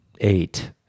eight